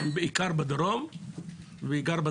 הם בעיקר בדרום ובצפון.